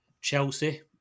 Chelsea